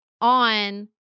on